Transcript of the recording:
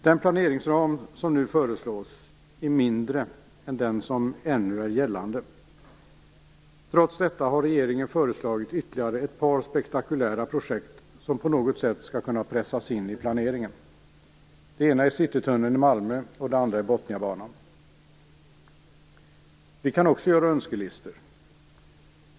Den planeringsram som nu föreslås är mindre än den som ännu är gällande. Trots detta har regeringen föreslagit ytterligare ett par spektakulära projekt som på något sätt skall kunna pressas in planeringen. Det ena är Citytunneln i Malmö och det andra är Botniabanan. Vi kan också göra önskelistor.